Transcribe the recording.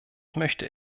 möchte